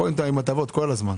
תודה רבה, הישיבה נעולה.